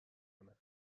کنند